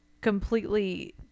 completely